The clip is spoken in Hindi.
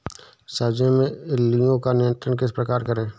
सब्जियों में इल्लियो का नियंत्रण किस प्रकार करें?